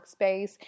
workspace